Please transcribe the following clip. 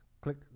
Click